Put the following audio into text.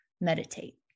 meditate